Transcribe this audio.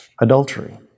adultery